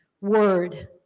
word